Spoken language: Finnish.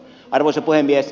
arvoisa puhemies